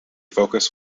focus